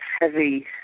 heavy